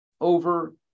over